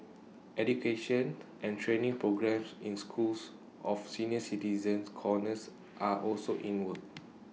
education and training programmes in schools of senior citizen corners are also in works